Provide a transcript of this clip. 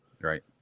Right